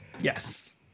Yes